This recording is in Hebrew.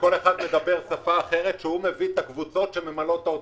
שכל אחד מדבר שפה אחרת שהוא מביא את הקבוצות שממלאות את האוטובוסים.